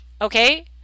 Okay